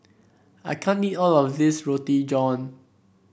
I can't eat all of this Roti John